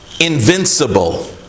invincible